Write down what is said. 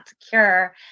secure